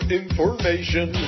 information